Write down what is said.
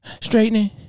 Straightening